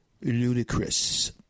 ludicrous